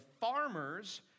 farmers